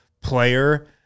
player